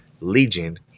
legion